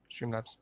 Streamlabs